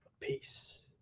peace